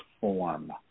form